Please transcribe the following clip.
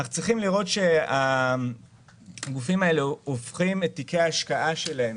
אנחנו צריכים לראות שהגופים האלה הופכים את תיקי ההשקעה שלהם